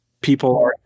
people